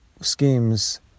schemes